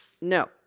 no